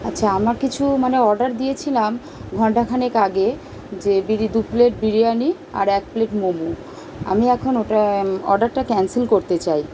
আচ্ছা আমার কিছু মানে অর্ডার দিয়েছিলাম ঘণ্টাখানেক আগে যে বিরি দু প্লেট বিরিয়ানি আর এক প্লেট মোমো আমি এখন ওটা অর্ডারটা ক্যানসেল করতে চাই